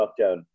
lockdown